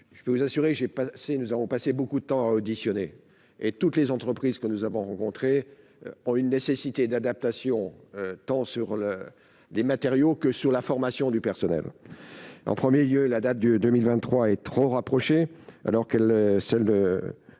je peux vous assurer, j'ai passé, nous avons passé beaucoup de temps à auditionner et toutes les entreprises que nous avons rencontrés ont une nécessité d'adaptation tant sur le des matériaux que sur la formation du personnel en 1er lieu la date de 2023 et trop rapprochés alors qu'elle celle